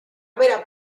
mera